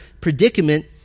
predicament